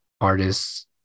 artists